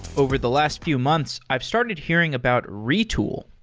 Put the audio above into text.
over the last few months, i've started hear ing about retool.